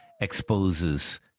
exposes